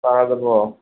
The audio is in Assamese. পৰা যাব